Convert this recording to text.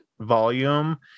Volume